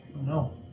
no